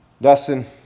Dustin